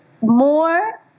more